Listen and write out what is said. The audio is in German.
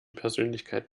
persönlichkeit